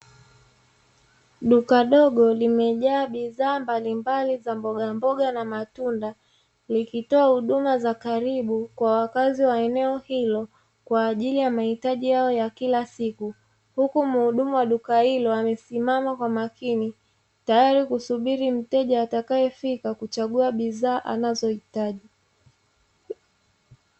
Duka dogo limejaa bidhaa mbalimbali za mboga mboga na matunda likitoa huduma za karibu kwa wakazi wa eneo hilo kwa ajili ya mahitaji yao ya kila siku, huku mhudumu wa duka hilo amesimama kwa makini tayari kusubiri mteja atakayefika kuchagua bidhaa anazohitaji.